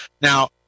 Now